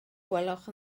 gwelwch